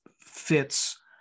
fits